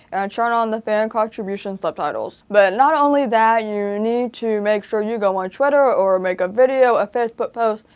and turn on the fan contribution subtitles. but not only that, you need to make sure you go on twitter, or make a video, a facebook post,